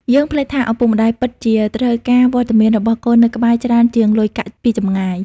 យើងភ្លេចថា ឪពុកម្តាយពិតជាត្រូវការ "វត្តមាន" របស់កូននៅក្បែរ ច្រើនជាង "លុយកាក់" ពីចម្ងាយ។